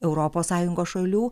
europos sąjungos šalių